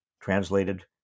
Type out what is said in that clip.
Translated